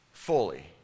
fully